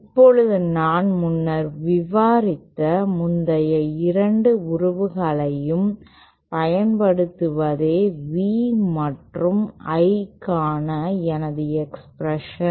இப்போது நான் முன்னர் விவரித்த முந்தைய 2 உறவுகளைப் பயன்படுத்துவதே V மற்றும் I க்கான எனது எக்ஸ்பிரஷன்